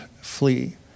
flee